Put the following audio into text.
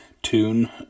Tune